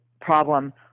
problem